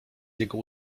jego